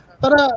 tara